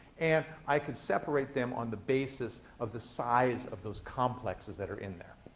and i could separate them on the basis of the size of those complexes that are in there.